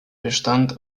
bestand